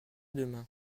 demain